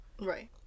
Right